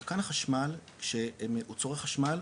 צרכן החשמל כשהוא צורך חשמל,